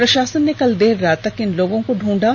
प्रशासन ने कल देर रात तक इन लोगों को ढूंढा